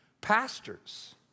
pastors